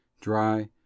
dry